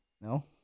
no